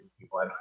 people